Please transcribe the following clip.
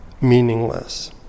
meaningless